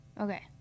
okay